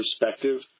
perspective